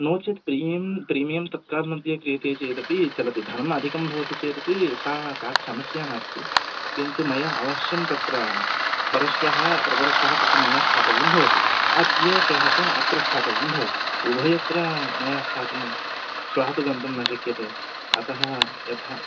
नो चेत् प्रीं प्रीमियं तत्काल् मध्ये क्रियते चेदपि चलति धनम् अधिकं भवति चेदपि सा कापि समस्या नास्ति किन्तु मया अवश्यं तत्र परश्वः प्रपरश्वः तत्र मया स्थातव्यं भवति अद्य श्वः च अत्र स्थातव्यं भवति उभयत्र मया स्थातुं श्वः तु गन्तुं न शक्यते अतः यथा